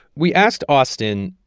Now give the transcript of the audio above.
we asked austan,